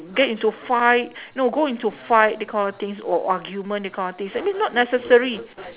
get into fight know go into fight that kind of things or argument that kind of things I mean not necessary